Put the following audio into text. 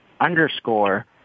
underscore